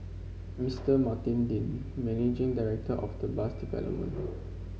Mister Martin Dean managing director of the bus development